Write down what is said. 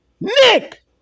Nick